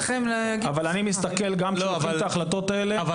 אבל אני מסתכל גם כשלוקחים את ההחלטות האלה --- לא.